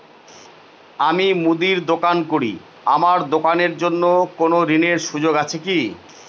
আমি মুদির দোকান করি আমার দোকানের জন্য কোন ঋণের সুযোগ আছে কি?